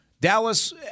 Dallas